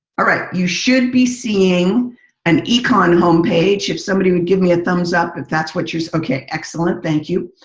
all right, you should be seeing an econ home page. if somebody would give me a thumbs up, if that's what you ok, excellent. thank you.